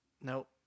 Nope